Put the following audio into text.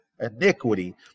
iniquity